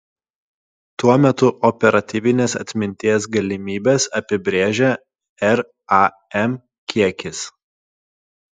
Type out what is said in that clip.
tuo metu operatyvinės atminties galimybes apibrėžia ram kiekis